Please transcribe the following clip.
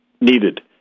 needed